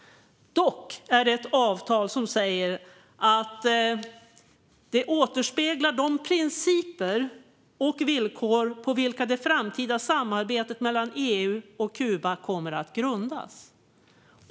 Dock är det ett avtal som säger sig återspegla de principer och villkor på vilka det framtida samarbetet mellan EU och Kuba kommer att grundas.